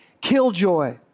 killjoy